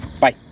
bye